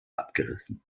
abgerissen